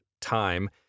time